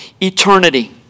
eternity